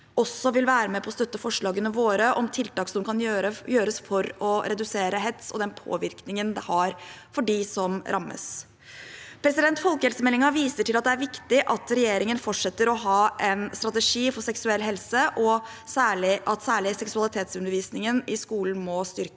vil være med på å støtte forslagene våre om tiltak som kan gjøres for å redusere hets og den påvirkningen det har på dem som rammes. Folkehelsemeldingen viser til at det er viktig at regjeringen fortsetter å ha en strategi for seksuell helse, og at særlig seksualitetsundervisningen i skolen må styrkes.